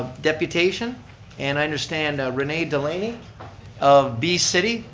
deputation and i understand rene delaney of bee city